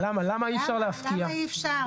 למה אי אפשר להפקיע?